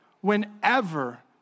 Whenever